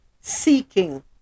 seeking